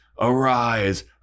arise